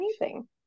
amazing